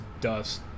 dust